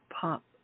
Pop